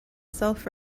self